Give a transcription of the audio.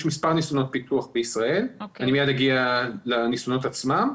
יש מספר ניסיונות פיתוח בישראל ואני מיד אגיע לניסיונות עצמם.